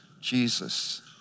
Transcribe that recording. Jesus